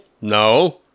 No